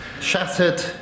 Shattered